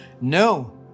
No